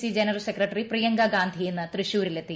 C general secretary Priyanka Gandhi ഇന്ന് തൃശ്ശൂരിലെത്തി